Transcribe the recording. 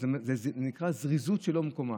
זה נקרא זריזות שלא במקומה.